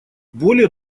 более